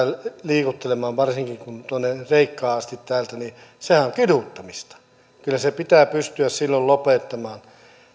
liikuttelemaan varsinkin kun tuonne kreikkaan asti täältä niin sehän on kiduttamista kyllä se pitää pystyä silloin lopettamaan